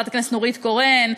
נורית קורן,